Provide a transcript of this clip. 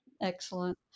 Excellent